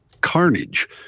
carnage